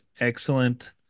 excellent